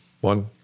One